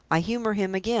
i humor him again.